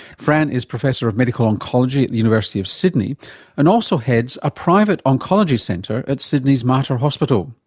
fran is professor of medical oncology at the university of sydney and also heads a private oncology centre at sydney's mater hospital.